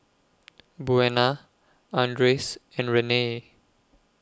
Buena Andres and Renae